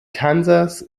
kansas